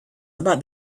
about